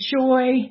joy